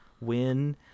win